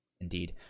indeed